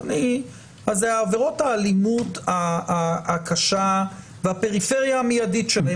אז אלה עבירות האלימות הקשה והפריפריה מיידית שמהם חטפה.